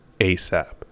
ASAP